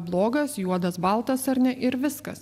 blogas juodas baltas ar ne ir viskas